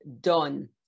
done